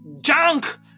junk